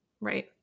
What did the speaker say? right